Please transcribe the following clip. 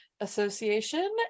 Association